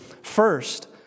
First